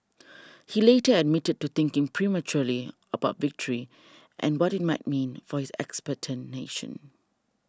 he later admitted to thinking prematurely about victory and what it might mean for his expectant nation